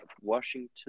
washington